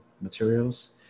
materials